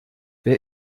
wer